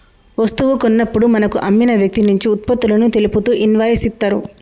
వస్తువు కొన్నప్పుడు మనకు అమ్మిన వ్యక్తినుంచి వుత్పత్తులను తెలుపుతూ ఇన్వాయిస్ ఇత్తరు